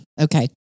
Okay